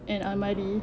an almari